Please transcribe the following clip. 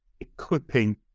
equipping